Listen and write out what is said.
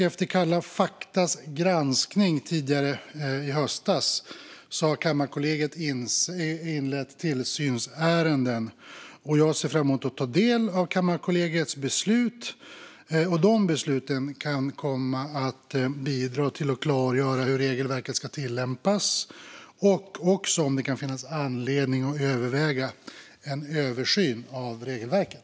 Efter Kalla faktas granskning tidigare i höstas har Kammarkollegiet inlett tillsynsärenden. Jag ser fram emot att ta del av Kammarkollegiets beslut. Besluten kan komma att bidra till att klargöra hur regelverket ska tillämpas och också om det kan finnas anledning att överväga en översyn av regelverket.